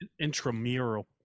Intramural